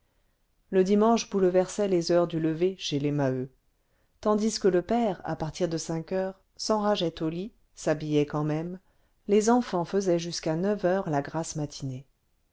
le dimanche bouleversait les heures du lever chez les maheu tandis que le père à partir de cinq heures s'enrageait au lit s'habillait quand même les enfants faisaient jusqu'à neuf heures la grasse matinée